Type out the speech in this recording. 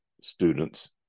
students